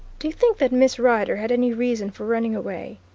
do you think that miss rider had any reason for running away?